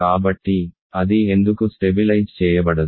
కాబట్టి అది ఎందుకు స్టెబిలైజ్ చేయబడదు